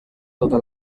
tota